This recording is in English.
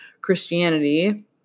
Christianity